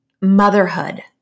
motherhood